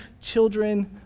children